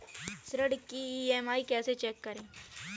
ऋण की ई.एम.आई कैसे चेक करें?